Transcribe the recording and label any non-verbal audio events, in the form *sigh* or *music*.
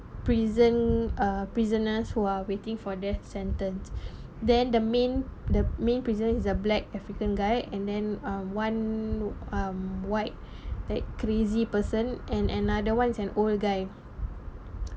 prison uh prisoners who are waiting for death sentence *breath* then the main the main prisoner is a black african guy and then uh one um white *breath* that crazy person and another one is an old guy *noise*